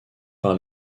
par